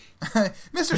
Mr